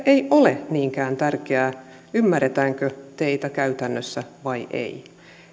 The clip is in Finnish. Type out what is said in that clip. ei ole niinkään tärkeää ymmärretäänkö teitä käytännössä vai ei